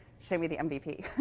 show me the mvp.